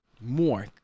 more